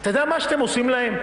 אתה יודע מה אתם עושים להם?